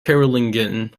carolingian